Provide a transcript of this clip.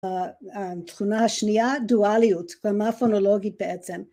התכונה השנייה דואליות, תכונה פונולוגית בעצם